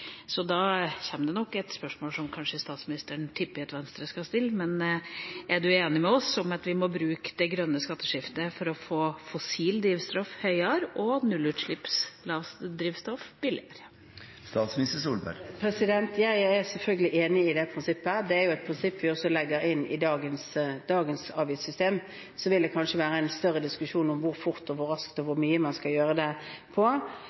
Da kommer det et spørsmål som statsministeren kanskje tipper at Venstre skal stille: Er hun enig med oss i at vi må bruke det grønne skatteskiftet til å gjøre fossilt drivstoff dyrere og nullutslippsdrivstoff billigere? Jeg er selvfølgelig enig i det prinsippet. Det er et prinsipp vi også legger inn i dagens avgiftssystem. Så vil det kanskje være en større diskusjon om hvor fort, hvor raskt og